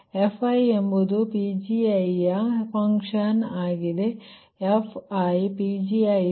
Fi ಎಂಬುದು Pgi ಯ function ಆಗಿದೆ FiPgiPgi